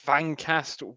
Fancast